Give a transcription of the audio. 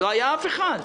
לא היה אף אחד.